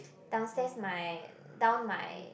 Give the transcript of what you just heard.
downstairs my down my